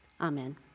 amen